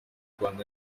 rwanda